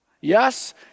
Yes